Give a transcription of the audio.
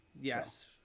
Yes